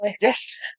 Yes